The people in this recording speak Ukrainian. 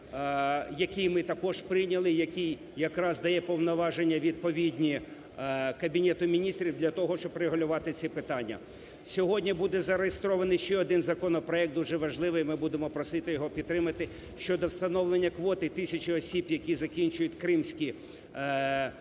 який ми також прийняли і, який якраз дає повноваження відповідні Кабінету Міністрів для того, щоб врегулювати ці питання. Сьогодні буде зареєстрований ще один законопроект, дуже важливий і ми будемо просити його підтримати, щодо встановлення квоти тисячі осіб, які закінчують кримські середні